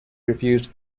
refused